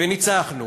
וניצחנו.